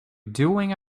doing